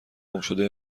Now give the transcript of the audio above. گمشده